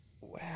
Wow